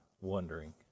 wondering